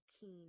keen